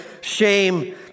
shame